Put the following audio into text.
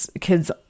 kids